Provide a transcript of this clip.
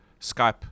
Skype